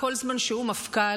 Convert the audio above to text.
כל זמן שהוא מפכ"ל,